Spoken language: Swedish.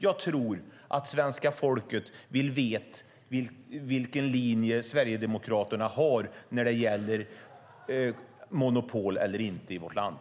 Jag tror att svenska folket vill veta vilken linje Sverigedemokraterna har när det gäller monopol eller inte i vårt land.